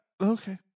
Okay